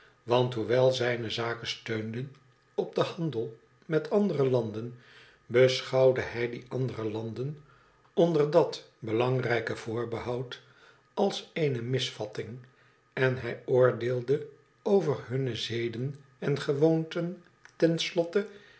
want hoewel zijne zaken steunden op den handel met andere landen beschouwde hij die andere landen onder dat belangrijke voorbehoud als eene misvatting en hij oordeelde over hunne zeden en gewoonten